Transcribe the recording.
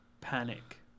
panic